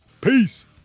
Peace